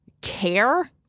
care